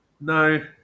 No